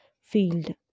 field